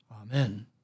Amen